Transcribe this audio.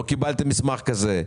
לא קיבלתם מסמך כזה?